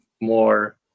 more